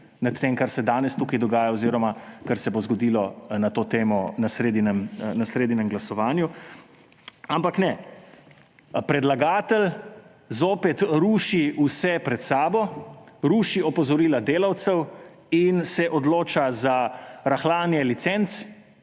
nad tem, kar se danes tukaj dogaja oziroma kar se bo zgodilo na to temo na sredinem glasovanju. Ampak ne, predlagatelj zopet ruši vse pred sabo, ruši opozorila delavcev in se odloča za rahljanje licenc.